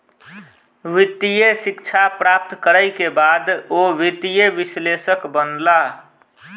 वित्तीय शिक्षा प्राप्त करै के बाद ओ वित्तीय विश्लेषक बनला